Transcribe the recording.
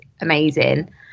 amazing